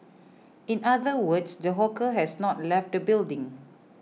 in other words the hawker has not left the building